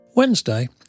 Wednesday